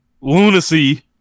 lunacy